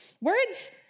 words